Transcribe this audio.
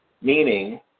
meaning